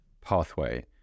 pathway